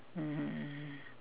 mmhmm mmhmm